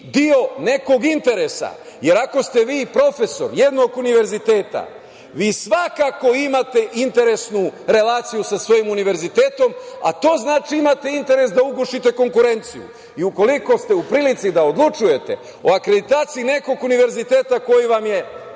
deo nekog interesa, jer ako ste vi profesor jednog univerziteta, vi svakako imate interesnu relaciju sa svojim univerzitetom, a to znači da imate interes da ugušite konkurenciju. Ukoliko ste u prilici da odlučujete o akreditaciji nekog univerziteta koji vam je